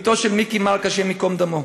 בתו של מיכי מרק, השם ייקום דמו.